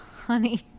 honey